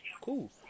cool